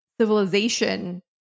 civilization